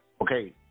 Okay